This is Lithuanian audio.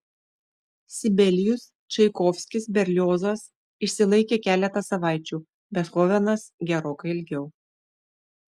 sibelijus čaikovskis berliozas išsilaikė keletą savaičių bethovenas gerokai ilgiau